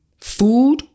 food